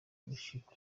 gushika